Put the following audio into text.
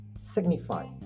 Signify